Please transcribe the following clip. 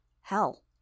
Hell